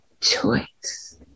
choice